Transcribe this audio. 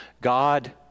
God